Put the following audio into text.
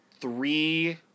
three